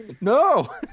No